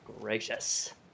gracious